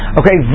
okay